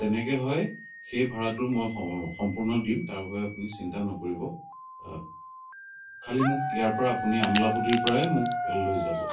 যেনেকৈ হয় সেই ভাড়াটো মই সম্পূৰ্ণ দিম তাৰবাবে আপুনি চিন্তা নকৰিব খালি মোক ইয়াৰ পৰা আপুনি আমোলাপতিৰ পৰাই মোক লৈ যাব